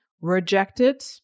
rejected